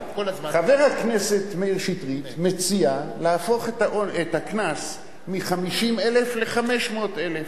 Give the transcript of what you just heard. חבר הכנסת מאיר שטרית מציע להפוך את הקנס מ-50,000 ל-500,000,